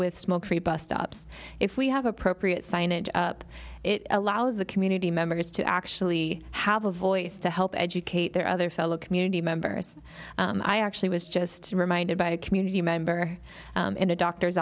with smoke free bus stops if we have appropriate signage up it allows the community members to actually have a voice to help educate their other fellow community members i actually was just reminded by a community member in a doctor's